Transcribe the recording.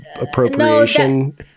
appropriation